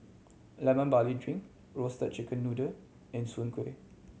Lemon Barley Drink Roasted Chicken Noodle and Soon Kuih